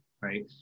right